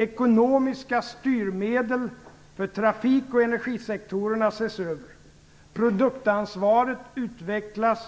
Ekonomiska styrmedel för trafik och energisektorerna ses över. Producentansvaret utvecklas.